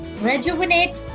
rejuvenate